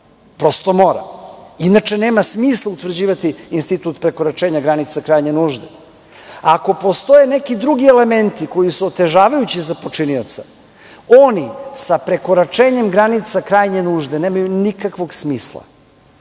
Prosto mora, inače nema smisla utvrđivati institut prekoračenja granice krajnje nužde. Ako postoje neki drugi elementi koji su otežavajući za počinioca, oni sa prekoračenjem granice krajnje nužde nemaju nikakvog smisla.